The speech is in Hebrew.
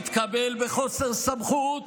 יתקבל בחוסר סמכות,